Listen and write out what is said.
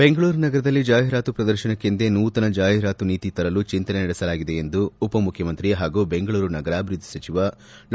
ಬೆಂಗಳೂರು ನಗರದಲ್ಲಿ ಜಾಹಿರಾತು ಪ್ರದರ್ಶನಕ್ಕೆಂದೇ ನೂತನ ಜಾಹಿರಾತು ನೀತಿ ತರಲು ಚಿಂತನೆ ನಡೆಸಲಾಗಿದೆ ಎಂದು ಉಪಮುಖ್ಯಮಂತ್ರಿ ಹಾಗೂ ಬೆಂಗಳೂರು ನಗರಾಭಿವೃದ್ದಿ ಸಚಿವ ಡಾ